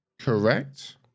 correct